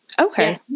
okay